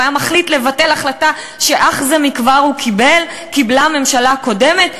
והוא היה מחליט לבטל החלטה שאך זה לא כבר קיבלה הממשלה הקודמת,